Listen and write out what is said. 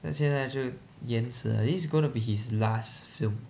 但现在就延迟了 this is gonna be his last film